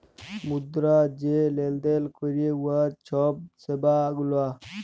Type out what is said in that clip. মুদ্রা যে লেলদেল ক্যরে উয়ার ছব সেবা গুলা